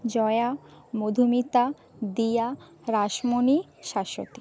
Jaya Madhumita Diya Rashmoni Shashwati